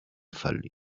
fallì